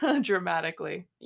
dramatically